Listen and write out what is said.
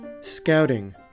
Scouting